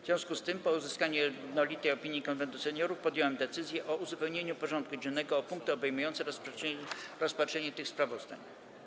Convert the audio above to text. W związku z tym, po uzyskaniu jednolitej opinii Konwentu Seniorów, podjąłem decyzję o uzupełnieniu porządku dziennego o punkty obejmujące rozpatrzenie tych sprawozdań.